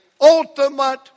ultimate